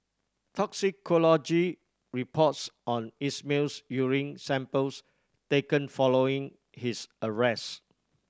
toxicology reports on Ismail's urine samples taken following his arrest